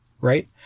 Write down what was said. right